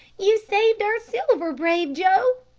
you saved our silver, brave joe,